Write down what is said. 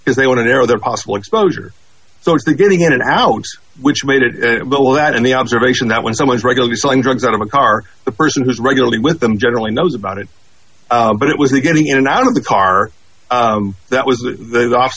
because they want to narrow their possible exposure so if they're getting in and out which made it well that and the observation that when someone is regularly selling drugs out of a car the person who's regularly with them generally knows about it but it was the getting in and out of the car that was the last